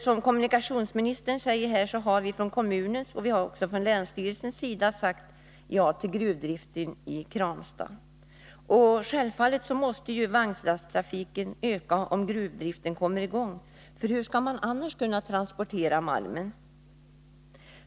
Som kommunikationsministern säger har vi från kommunens och även från länsstyrelsens sida sagt ja till gruvdrift i Kramsta. Självfallet måste vagnlasttrafiken öka om gruvdriften kommer i gång. Hur skall man annars kunna transportera malmen?